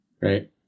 Right